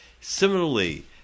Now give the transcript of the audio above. Similarly